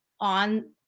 on